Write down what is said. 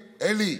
אלי,